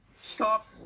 stop